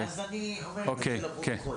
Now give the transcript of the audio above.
אז אני אומרת את זה לפרוטוקול.